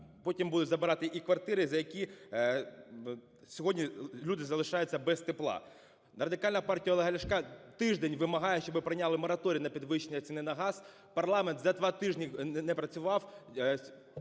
потім будуть забирати і квартири, за які сьогодні люди залишаються без тепла. Радикальна партія Олега Ляшка тиждень вимагає, щоби прийняли мораторій на підвищення ціни на газ. Парламент два тижні не працював,